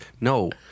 No